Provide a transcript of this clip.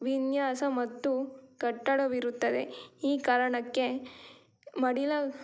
ವಿನ್ಯಾಸ ಮತ್ತು ಕಟ್ಟಡವಿರುತ್ತದೆ ಈ ಕಾರಣಕ್ಕೆ ಮಡಿಲ